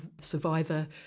survivor